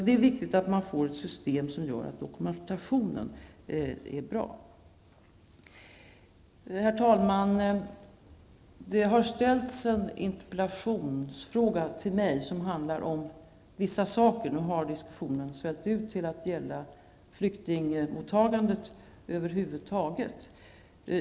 Det är viktigt att man får ett system som gör att dokumentationen blir bra. Herr talman! Det har ställts en interpellation till mig som handlar om vissa saker. Nu har diskussionen svällt ut till att gälla flyktingmottagandet över huvud taget.